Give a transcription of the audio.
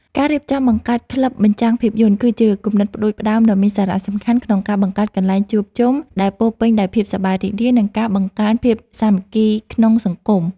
ការរៀបចំបង្កើតក្លឹបបញ្ចាំងភាពយន្ត គឺជាគំនិតផ្ដួចផ្ដើមដ៏មានសារៈសំខាន់ក្នុងការបង្កើតកន្លែងជួបជុំ ដែលពោរពេញដោយភាពសប្បាយរីករាយ និងការបង្កើនភាពសាមគ្គីក្នុងសង្គម។